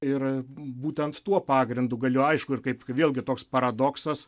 ir būtent tuo pagrindu gali aišku ir kaip vėlgi toks paradoksas